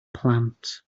plant